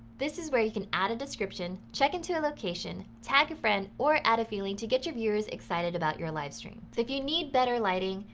this is where you can add a description, check into a location, tag your friend, or add a feeling to get your viewers excited about your live stream. so if you need better lighting,